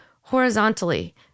horizontally